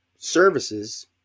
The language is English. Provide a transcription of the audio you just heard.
services